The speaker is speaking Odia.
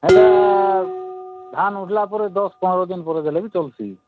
ଏଟା ଧାନ୍ ଉଠିଲା ପରେ ବି ଦଶ୍ ପନ୍ଦର୍ ଦିନ ପରେ ଦେଲେ ବି ଚଲ୍ସିଁ